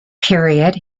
period